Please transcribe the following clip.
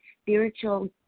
spiritual